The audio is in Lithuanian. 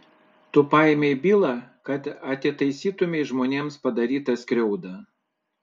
tu paėmei bylą kad atitaisytumei žmonėms padarytą skriaudą